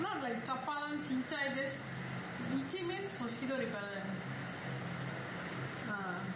not like japalang chin cai just itchy means mosquito repellent ah